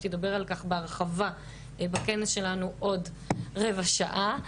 ידבר עליהם בהרחבה בכנס שלנו בעוד רבע שעה.